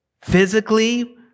physically